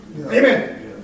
Amen